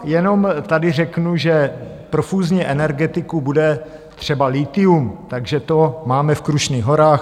Jenom tady řeknu, že pro fúzní energetiku bude třeba lithium, Takže to máme v Krušných horách.